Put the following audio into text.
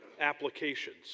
applications